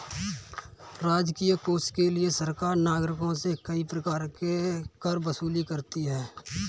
राजकीय कोष के लिए सरकार नागरिकों से कई प्रकार के कर वसूलती है